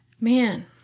man